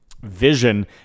vision